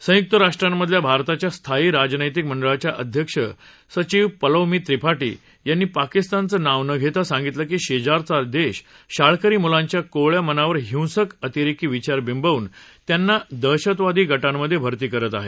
संयुक्त राष्ट्रांमधल्या भारताच्या स्थायी राजनैतिक मंडळाच्या प्रथम सचिव पौलोमी त्रिपाठी यांनी पाकिस्तानचं नाव न घेता सांगितलं की शेजारचा देश शाळकरी मुलांच्या कोवळ्या मनावर हिंसक अतिरेकी विचार बिंबवून त्यांना दहशतवादी गटांमधे भर्ती करत आहेत